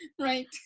Right